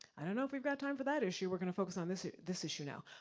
i don't know if we've got time for that issue, we're gonna focus on this this issue now.